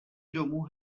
domů